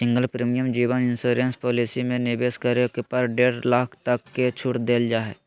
single premium जीवन insurance policy में निवेश करे पर डेढ़ लाख तक के छूट देल जा हइ